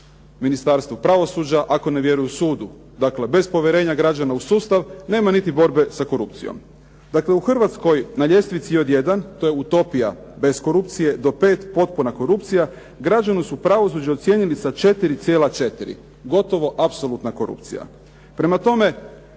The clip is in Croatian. u Hrvatskoj na ljestvici od jedan to je utopija bez korupcije do pet potpuna korupcija, građani su pravosuđe ocijenili sa 4,4. Gotovo apsolutna korupcija. Prema tome,